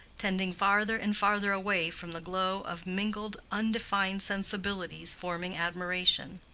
tending farther and farther away from the glow of mingled undefined sensibilities forming admiration.